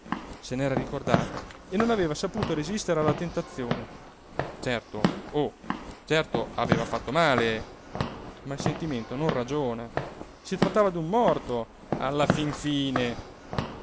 se n'era ricordata e non aveva saputo resistere alla tentazione certo oh certo aveva fatto male ma il sentimento non ragiona si trattava d'un morto alla fin fine